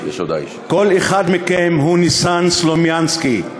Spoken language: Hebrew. כל אחד מכם הוא ניסן סלומינסקי: